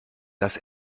das